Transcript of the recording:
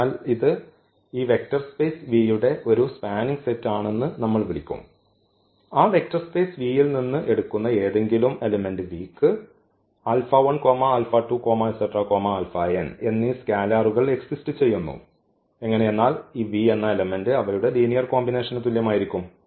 അതിനാൽ ഇത് ഈ വെക്റ്റർ സ്പേസ് V യുടെ ഒരു സ്പാനിങ് സെറ്റ് ആണെന്ന് നമ്മൾവിളിക്കും ആ വെക്റ്റർ സ്പേസ് V യിൽ നിന്ന് എടുക്കുന്ന ഏതെങ്കിലും v ക്ക് എന്നീ സ്കെയിലറുകൾ എക്സിസ്റ് ചെയ്യുന്നു എങ്ങനെയെന്നാൽ ഈ v എന്ന എലമെന്റ് അവയുടെ ലീനിയർ കോമ്പിനേഷന് തുല്യമായിരിക്കും